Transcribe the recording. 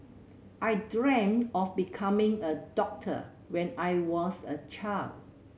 I dreamt of becoming a doctor when I was a child